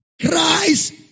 Christ